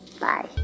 Bye